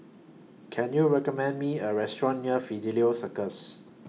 Can YOU recommend Me A Restaurant near Fidelio Circus